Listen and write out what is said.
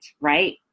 right